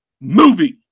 movie